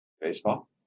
baseball